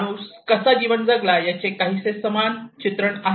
माणूस कसा जीवन जगला याचे काहीसे समान चित्रण आहे